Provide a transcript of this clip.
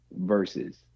versus